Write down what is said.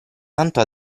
tanto